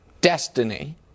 destiny